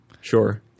Sure